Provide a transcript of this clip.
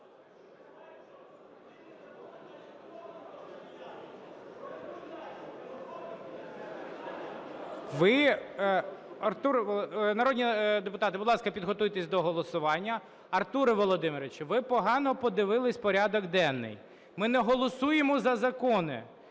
Народні депутати, будь ласка, підготуйтесь до голосування. Артур Володимирович, ви погано подивились порядок денний. Ми не голосуємо за закони,